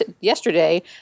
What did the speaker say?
yesterday